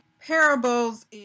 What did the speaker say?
Parables